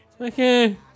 Okay